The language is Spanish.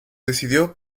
decidió